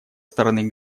стороны